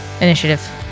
initiative